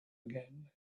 again